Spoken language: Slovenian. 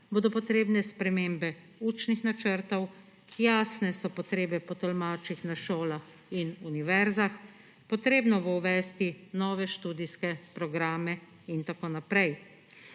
bodo potrebne spremembe učnih načrtov, jasne so potrebe po tolmačih na šolah in univerzah, potrebno bo uvesti nove študijske programe in tako naprej.